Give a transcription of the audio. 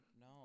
No